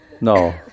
no